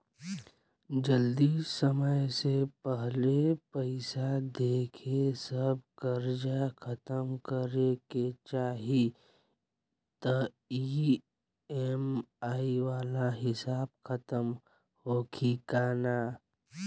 जदी समय से पहिले पईसा देके सब कर्जा खतम करे के चाही त ई.एम.आई वाला हिसाब खतम होइकी ना?